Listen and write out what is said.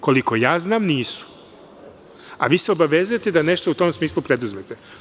Koliko ja znam, nisu, a vi se obavezujete da nešto u tom smislu preduzmete.